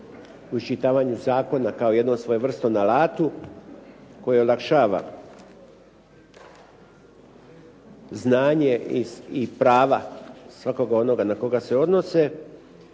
u iščitavanju zakona kao jednom svojevrsnom alatu koji olakšava znanje i prava svakoga onoga na koga se odnose